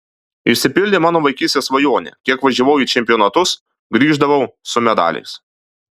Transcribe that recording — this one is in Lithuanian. išsipildė mano vaikystės svajonė kiek važiavau į čempionatus grįždavau su medaliais